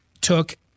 took